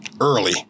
early